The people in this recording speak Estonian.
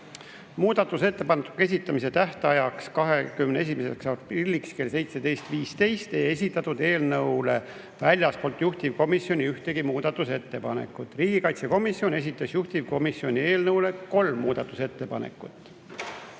Muudatusettepanekute esitamise tähtajaks 21. aprilliks kella 17.15‑ks ei esitatud eelnõu kohta väljastpoolt juhtivkomisjoni ühtegi muudatusettepanekut. Riigikaitsekomisjon esitas juhtivkomisjoni eelnõu kohta kolm muudatusettepanekut.